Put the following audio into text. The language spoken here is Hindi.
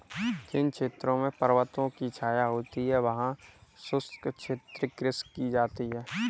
जिन क्षेत्रों में पर्वतों की छाया होती है वहां शुष्क क्षेत्रीय कृषि की जाती है